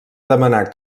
demanar